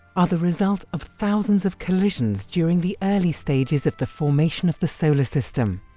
are the result of thousands of collisions during the early stages of the formation of the solar system.